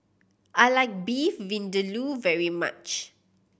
I like Beef Vindaloo very much